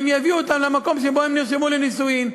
יביאו אותם למקום שבו הם נרשמו לנישואים.